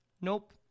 Nope